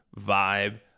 vibe